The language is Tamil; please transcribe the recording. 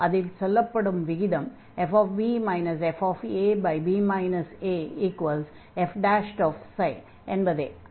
அதில் சொல்லப்படும் விகிதம் fb fab afξ ξ∈ab என்பதே